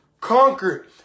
conquered